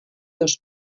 dos